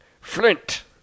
Flint